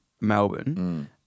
Melbourne